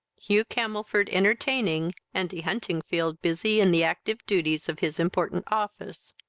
hugh camelford entertaining, and de huntingfield busy in the active duties of his important office.